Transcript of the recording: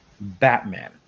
Batman